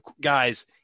guys